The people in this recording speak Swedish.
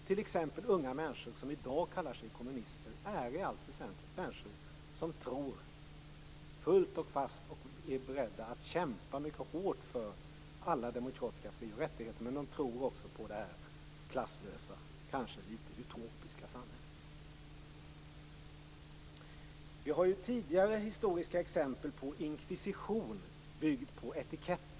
T.ex. unga människor som i dag kallar sig kommunister är i allt väsentligt människor som fullt och fast tror på och är beredda att kämpa mycket hårt för alla demokratiska fri och rättigheter, men de tror också på det klasslösa och kanske litet utopiska samhället. Det finns tidigare historiska exempel på inkvisition byggd på etiketter.